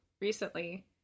recently